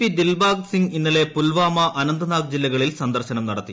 P Dilbag Singh ഇന്നലെ Pulwama Anantnag ജില്ലകളിൽ സന്ദർശനം നടത്തി